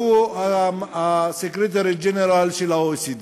שהוא ה-Secretary General של ה-OECD,